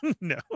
no